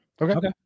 Okay